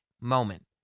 moment